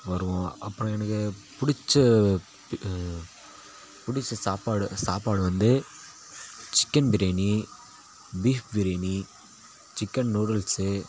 வருவோம் அப்புறம் எனக்கு பிடிச்ச பிடிச்ச சாப்பாடு சாப்பாடு வந்து chicken biryani beef biryani chicken noodles